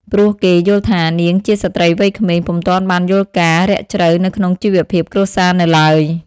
ព្រោះគេយល់ថា នាងជាស្ត្រីវ័យក្មេងពុំទាន់បានយល់ការណ៍រាក់ជ្រៅនៅក្នុងជីវភាពគ្រួសារនៅឡើយ ។